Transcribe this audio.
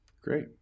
Great